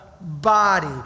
body